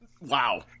Wow